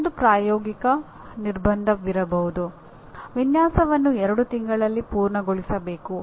ಮತ್ತೊಂದು ಪ್ರಾಯೋಗಿಕ ನಿರ್ಬಂಧವಿರಬಹುದು ವಿನ್ಯಾಸವನ್ನು ಎರಡು ತಿಂಗಳಲ್ಲಿ ಪೂರ್ಣಗೊಳಿಸಬೇಕು